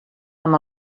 amb